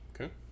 okay